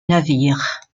navire